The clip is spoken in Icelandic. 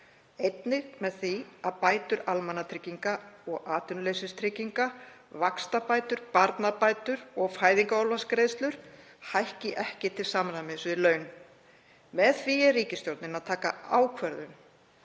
Einnig með því að bætur almannatrygginga og atvinnuleysistrygginga, vaxtabætur, barnabætur og fæðingarorlofsgreiðslur, hækki ekki til samræmis við laun. Með því er ríkisstjórnin að taka pólitíska